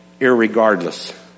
irregardless